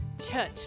church